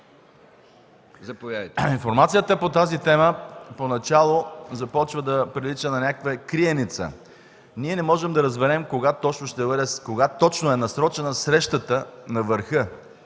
Информацията по тази тема поначало започва да прилича на някаква криеница. Ние не можем да разберем кога точно е насрочена срещата на върха